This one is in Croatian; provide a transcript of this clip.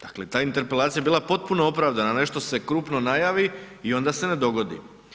Dakle, ta interpelacija je bila potpuno opravdana, nešto krupno se najavi i onda se ne dogodi.